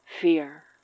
fear